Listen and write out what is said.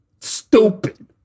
Stupid